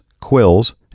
quills